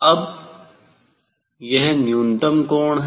अब यह न्यूनतम आपतन कोण है